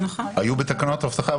הן היו בתקנות אבטחה,